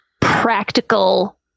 practical